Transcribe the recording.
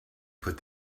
put